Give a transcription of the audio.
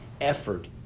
effort